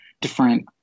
different